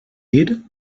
dir